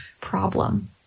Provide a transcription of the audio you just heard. problem